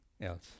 else